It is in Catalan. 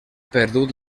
perdut